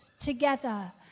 together